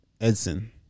Edson